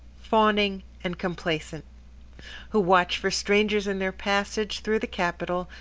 fawning, and complaisant who watch for strangers in their passage through the capital,